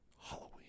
Halloween